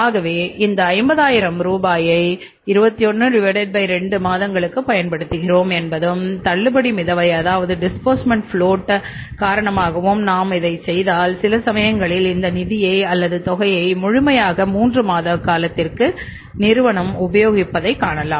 ஆகவே இந்த 50000 ரூபாயை 212 மாதங்களுக்குப் பயன்படுத்துகிறோம் என்பதும் தள்ளுபடி மிதவை அதாவது டிஸ்பூர்ஸ்மெண்ட் புளொட் காரணமாகவும் நாம் இதைச் செய்தால் சில சமயங்களில் இந்த நிதியை அல்லது தொகையை முழுமையாக மூன்று மாதம் காலத்திற்கு நிறுவனம் உபயோகிப்பதை காணலாம்